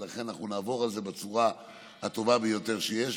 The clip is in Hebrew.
ולכן אנחנו נעבור על זה בצורה הטובה ביותר שיש.